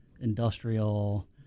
industrial